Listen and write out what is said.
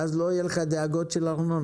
ואז לא יהיו לך דאגות של ארנונה.